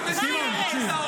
סימון, תקשיב.